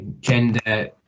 gender